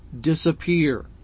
disappear